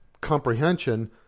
comprehension